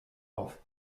auf